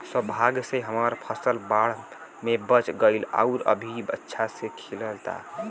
सौभाग्य से हमर फसल बाढ़ में बच गइल आउर अभी अच्छा से खिलता